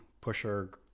Pusher